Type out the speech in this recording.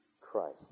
Christ